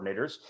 coordinators